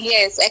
Yes